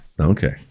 Okay